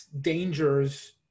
dangers